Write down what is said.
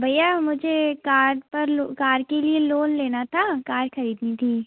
भैया मुझे कार पर लो कार के लिए लोन लेना था कार ख़रीदनी थी